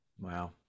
Wow